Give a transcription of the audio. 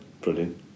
brilliant